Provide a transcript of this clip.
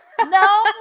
No